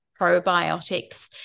probiotics